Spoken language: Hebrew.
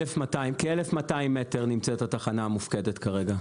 בכ-1,200 מטר נמצאת התחנה המופקדת כרגע.